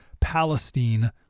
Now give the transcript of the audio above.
Palestine